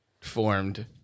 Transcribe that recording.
formed